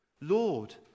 Lord